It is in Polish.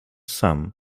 sam